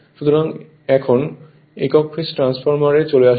সুতরাং এখন একক ফেজ ট্রান্সফরমারের এ চলে আসুন